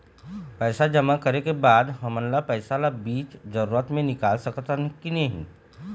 पैसा जमा करे के बाद हमन पैसा ला बीच जरूरत मे निकाल सकत हन की नहीं?